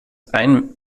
ein